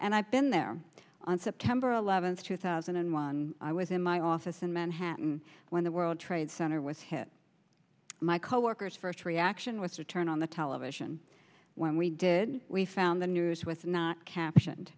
and i've been there on september eleventh two thousand and one i was in my office in manhattan when the world trade center was hit my coworkers first reaction was to turn on the television when we did we found the news with not caption